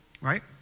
right